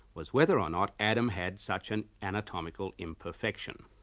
was whether or not adam had such an anatomical imperfection.